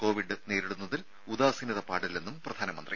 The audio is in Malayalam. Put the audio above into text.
കോവിഡ് നേരിടുന്നതിൽ ഉദാസീനത പാടില്ലെന്നും പ്രധാനമന്ത്രി